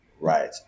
right